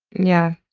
yeah.